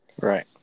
Right